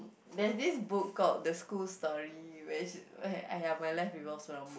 there is this book called the school story where she !aiya! my life revolves around books